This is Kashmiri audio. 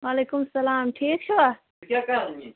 وعلیکُم سَلام ٹھیٖک چھِوا